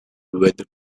with